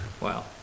Wow